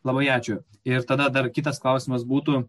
labai ačiū ir tada dar kitas klausimas būtų